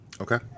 Okay